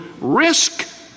risk